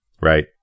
Right